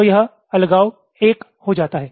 तो यह अलगाव 1 हो जाता है